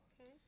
Okay